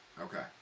Okay